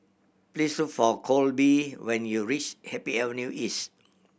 please look for Kolby when you reach Happy Avenue East